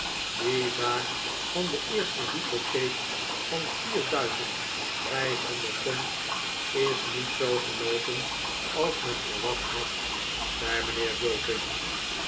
die zaak van de eerste hypotheek van vier duizend vijfhonderd pond is niet zoo gelobpen als men verwacht had zei mijnheer